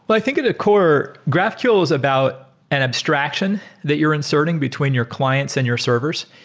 but i think at a core, graphql is about an abstraction that you're inserting between your clients and your servers.